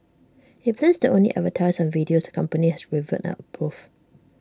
IT plans to only advertise on videos the company has reviewed and approved